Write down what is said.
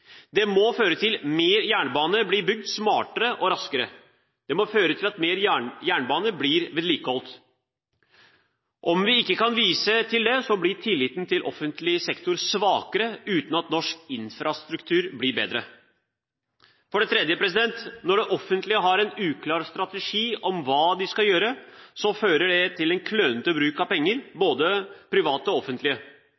Det må føre til at mer jernbane blir bygd smartere og raskere. Det må føre til at mer jernbane blir vedlikeholdt. Om vi ikke kan vise til det, blir tilliten til offentlig sektor svakere, uten at norsk infrastruktur blir bedre. For det tredje: Når det offentlige har en uklar strategi om hva de skal gjøre, fører det til en klønete bruk av penger,